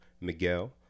Miguel